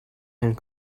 and